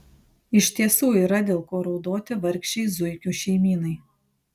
iš tiesų yra dėl ko raudoti vargšei zuikių šeimynai